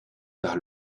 par